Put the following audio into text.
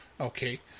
Okay